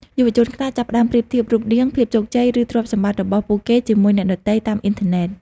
យុវជនខ្លះចាប់ផ្តើមប្រៀបធៀបរូបរាង ភាពជោគជ័យ ឬទ្រព្យសម្បត្តិរបស់ពួកគេជាមួយអ្នកដទៃតាមអ៊ីនធឺណិត។